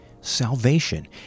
salvation